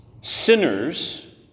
Sinners